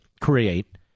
create